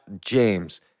james